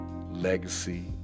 Legacy